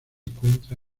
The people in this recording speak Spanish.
encuentra